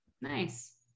Nice